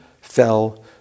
fell